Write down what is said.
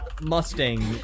Mustang